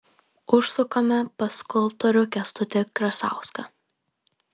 užsukame pas skulptorių kęstutį krasauską